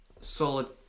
solid